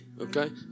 okay